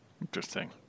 interesting